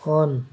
on